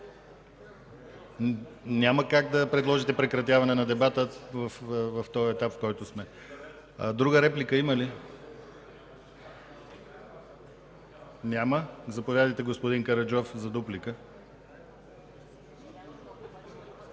Няма как да предположите прекратяване на дебата в този етап, в който сме. Има ли друга реплика? Няма. Заповядайте, господин Караджов, за дуплика.